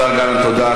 השר גלנט, תודה.